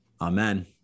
Amen